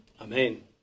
Amen